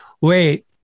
wait